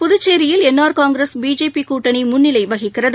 புதுச்சோயில் N R Congress BJP கூட்டணி முன்னிலை வகிக்கிறது